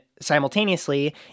simultaneously